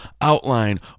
outline